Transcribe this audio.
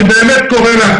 אני באמת קורה לך.